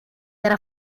era